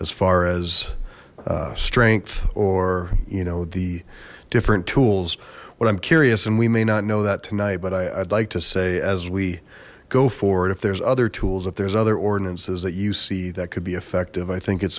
as far as strength or you know the different tools what i'm curious and we may not know that tonight but i'd like to say as we go forward if there's other tools if there's other ordinances that you see that could be effective i think it's